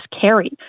carry